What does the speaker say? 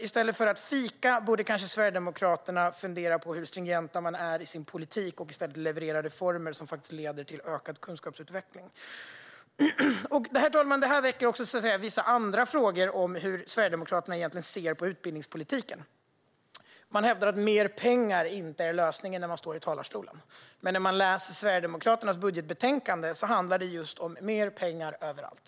I stället för att fika borde alltså Sverigedemokraterna kanske i stället fundera på hur stringent man är i sin politik och leverera reformer som faktiskt leder till ökad kunskapsutveckling. Herr talman! Detta väcker också vissa andra frågor om hur Sverigedemokraterna egentligen ser på utbildningspolitiken. Man står i talarstolen och hävdar att mer pengar inte är lösningen, men den som läser Sverigedemokraternas budgetförslag ser att det handlar om mer pengar överallt.